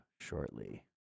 shortly